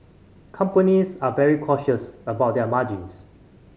companies are very cautious about their margins